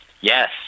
yes